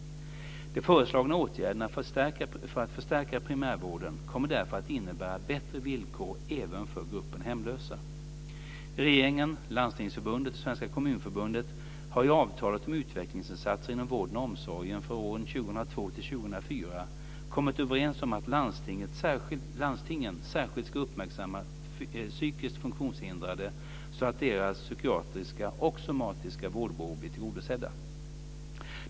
De föreslagna åtgärderna för att förstärka primärvården kommer därför att innebära bättre villkor även för gruppen hemlösa. kommit överens om att landstingen särskilt ska uppmärksamma psykiskt funktionshindrade så att deras psykiatriska och somatiska vårdbehov blir tillgodosedda.